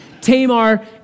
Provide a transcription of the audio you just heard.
Tamar